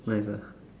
what is that